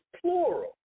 plural